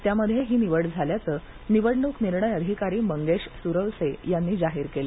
त्यामध्ये ही निवड झाल्याचं निवडणूक निर्णय अधिकारी मंगेश सुरवसे यांनी जाहीर केलं